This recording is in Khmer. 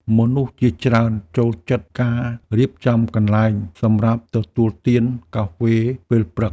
មនុស្សជាច្រើនចូលចិត្តការរៀបចំកន្លែងសម្រាប់ទទួលទានកាហ្វេពេលព្រឹក។